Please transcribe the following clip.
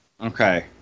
Okay